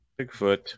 Bigfoot